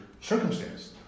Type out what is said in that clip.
circumstance